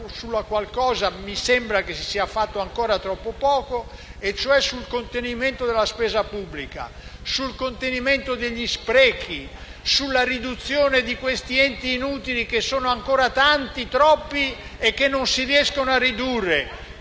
su cui mi sembra si sia fatto ancora troppo poco). Mi riferisco cioè al contenimento della spesa pubblica, al contenimento degli sprechi, alla riduzione degli enti inutili, che sono ancora tanti, troppi e che non si riescono a ridurre.